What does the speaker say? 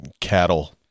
cattle